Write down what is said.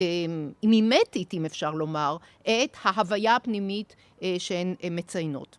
מימטית, אם אפשר לומר, את ההוויה הפנימית שהן מציינות.